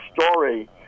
story